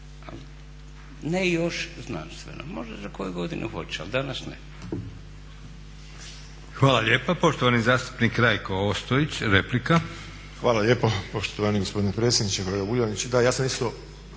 ne još i znanstveno. Možda za koju godinu hoće, ali danas ne.